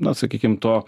na sakykim to